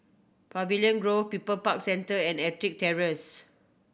Pavilion Grove People Park Centre and Ettrick Terrace